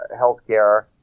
healthcare